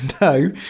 no